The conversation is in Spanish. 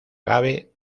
gabe